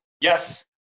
Yes